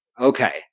Okay